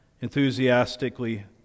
enthusiastically